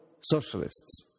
socialists